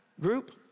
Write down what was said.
group